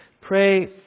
Pray